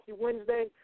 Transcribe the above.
Wednesday